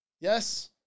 Yes